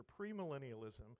premillennialism